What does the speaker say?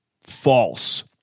false